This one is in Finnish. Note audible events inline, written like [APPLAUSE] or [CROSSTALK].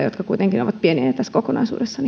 [UNINTELLIGIBLE] jotka kuitenkin ovat pieniä tässä kokonaisuudessa [UNINTELLIGIBLE]